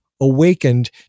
awakened